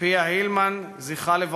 פיה הילמן ז"ל,